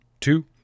two